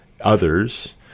others